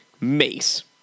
Mace